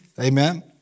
Amen